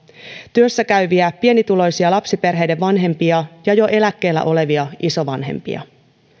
työssä käyviä pienituloisia lapsiperheiden vanhempia ja jo eläkkeellä olevia isovanhempia